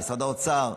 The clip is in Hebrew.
משרד האוצר.